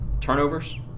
Turnovers